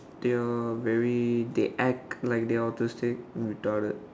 they are very they act like they autistic and retarded